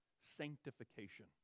sanctification